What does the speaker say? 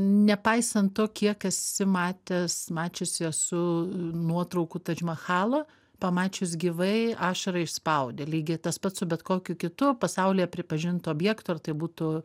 nepaisant to kiek esi matęs mačius esu nuotraukų tadžmahalo pamačius gyvai ašarą išspaudė lygiai tas pats su bet kokiu kitu pasaulyje pripažintu objektu ar tai būtų